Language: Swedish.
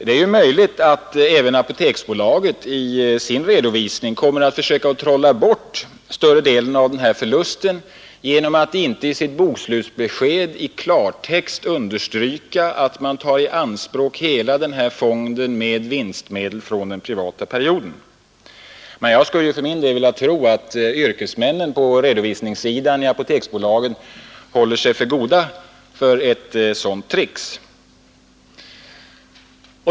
Det är ju möjligt att även Apoteksbolaget i sin redovisning kommer att försöka trolla bort större delen av denna förlust genom att inte i sitt bokslutsbesked i klartext understryka att man tar i anspråk hela fonden av vinstmedel från den privata perioden. Men jag tror att yrkesmännen på redovisningssidan i Apoteksbolaget håller sig för goda för ett sådant trick.